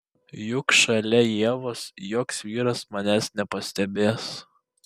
juk šalia ievos joks vyras manęs nepastebės